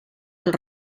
del